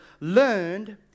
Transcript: learned